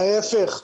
ההיפך,